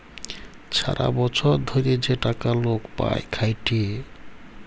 ছারা বচ্ছর ধ্যইরে যে টাকা লক পায় খ্যাইটে